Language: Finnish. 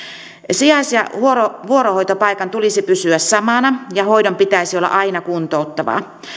sijais ja vuorohoitopaikan tulisi pysyä samana ja hoidon pitäisi olla aina kuntouttavaa